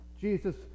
Jesus